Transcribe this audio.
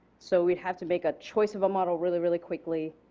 so we would have to make a choice of a model really really quickly.